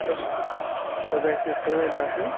سۄ سۄ گَژھِ نہٕ سٲنۍ تَتھ منٛز